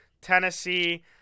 Tennessee